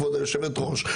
כבוד היושבת ראש,